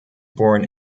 born